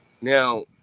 Now